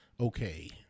okay